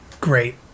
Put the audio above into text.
great